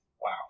Wow